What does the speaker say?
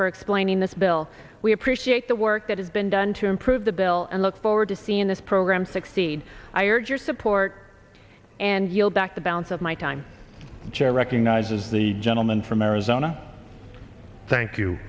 for explaining this bill we appreciate the work that has been done to improve the bill and look forward to seeing this program succeed i urge your support and yield back the balance of my time jerry recognizes the gentleman from arizona thank you